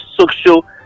social